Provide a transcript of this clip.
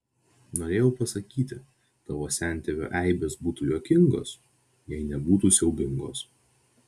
norėjau pasakyti tavo sentėvio eibės būtų juokingos jei nebūtų siaubingos